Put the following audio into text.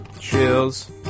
chills